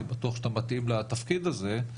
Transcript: אני בטוח שאתה מתאים לתפקיד הזה,